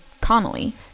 Connolly